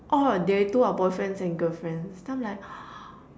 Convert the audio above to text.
oh they two are boyfriends and girlfriends then I'm like